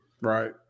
Right